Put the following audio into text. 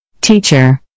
Teacher